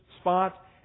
spot